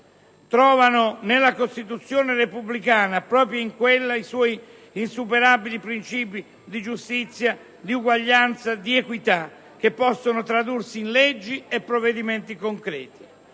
proprio nella Costituzione repubblicana e nei suoi insuperabili principi di giustizia, uguaglianza ed equità, che possono tradursi in leggi e provvedimenti concreti